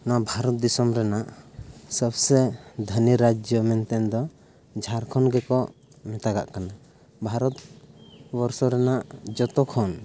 ᱱᱚᱣᱟ ᱵᱷᱟᱨᱚᱛ ᱫᱤᱥᱚᱢ ᱨᱮᱱᱟᱜ ᱥᱚᱵᱥᱮ ᱫᱷᱚᱱᱤ ᱨᱟᱡᱽᱡᱚ ᱢᱮᱱᱛᱮᱫᱚ ᱡᱷᱟᱲᱠᱷᱚᱸᱰ ᱜᱮᱠᱚ ᱢᱮᱛᱟᱜᱟᱜ ᱠᱟᱱᱟ ᱵᱷᱟᱨᱚᱛᱵᱚᱨᱥᱚ ᱨᱮᱱᱟᱜ ᱡᱚᱛᱚᱠᱷᱚᱱ